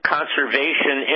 Conservation